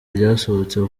ryasohotse